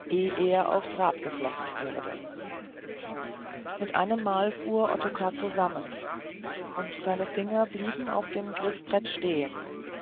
er aufs rad geflochten wurde mit einemmal fuhr ottokar zusammen und seine finger blieben auf dem griffbrett stehen